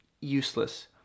useless